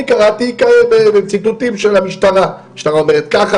קראתי ציטוטים של המשטרה המשטרה אומרת ככה,